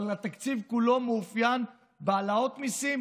אבל התקציב כולו מאופיין בהעלאות מיסים